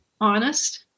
honest